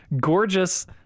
gorgeous